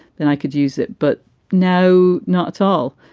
then i could use it. but no, not at all.